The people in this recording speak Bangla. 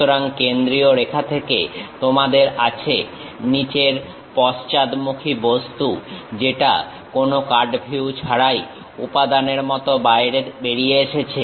সুতরাং কেন্দ্রীয় রেখা থেকে তোমাদের আছে নিচের পশ্চাদমুখী বস্তু যেটা কোনো কাটভিউ ছাড়াই উপাদানের মতো বাইরে বেরিয়ে এসেছে